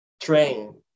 train